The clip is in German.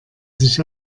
sich